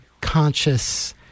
conscious